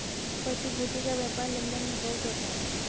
प्रतिभूति का व्यापार लन्दन में बहुत होता है